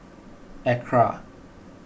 Acra